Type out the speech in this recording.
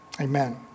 amen